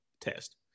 test